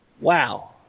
wow